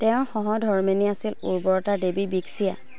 তেওঁ সহধৰ্মিনী আছিল উৰ্বৰতাৰ দেৱী বিক্সিয়া